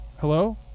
Hello